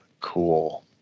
cool